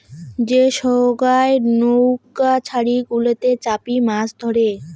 যে সোগায় নৌউকা ছারি গুলাতে চাপি মাছ ধরে